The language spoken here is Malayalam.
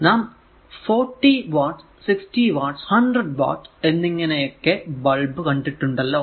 നാം 40 വാട്ട് 60 വാട്ട് 100 വാട്ട് എന്നിങ്ങനെയൊക്കെ ബൾബ് കണ്ടിട്ടുണ്ടല്ലോ